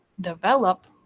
develop